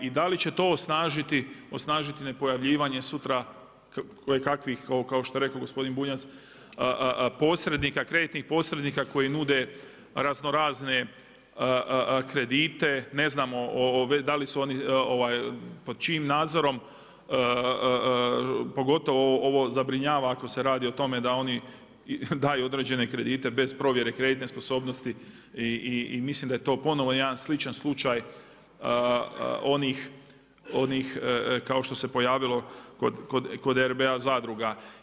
I da li će to osnažiti nepojavljivanje sutra kojekakvih, kao što je rekao gospodin Bunjac, kreditnih posrednika koji nude raznorazne kredite, ne znamo da li su oni, pod čijim nadzorom, pogotovo ovo zabrinjava ako se radi o tome da oni daju određene kredite bez provjere kreditne sposobnosti i mislim da je to ponovno jedna sličan slučaj onih kao što se pojavilo kod RBA zadruga.